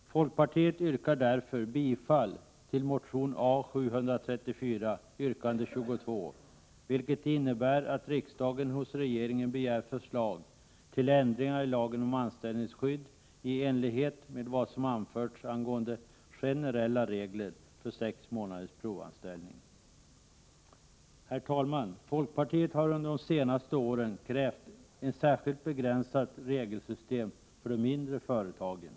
Jag yrkar därför: Herr talman! Folkpartiet har under de senaste åren krävt ett särskilt, begränsat regelsystem för de mindre företagen.